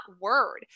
word